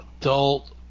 adult